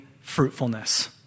fruitfulness